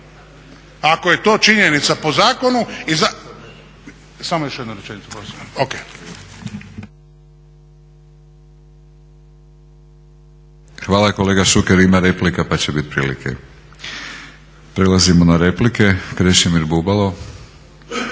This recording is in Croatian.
ako je to činjenica po zakonu. **Batinić, Milorad (HNS)** Hvala kolega Šuker, ima replika pa će biti prilike. Prelazimo na replike. Krešimir Bubalo.